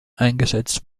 eingesetzt